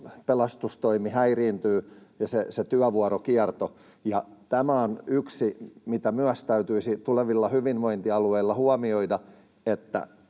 pelastustoimi ja se työvuorokierto häiriintyisivät. Ja tämä on yksi, mitä myös täytyisi tulevilla hyvinvointialueilla huomioida,